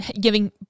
giving